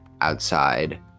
outside